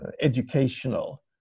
educational